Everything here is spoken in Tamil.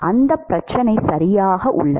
அந்த பிரச்சனை சரியாக உள்ளது